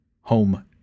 home